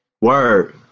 Word